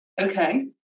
Okay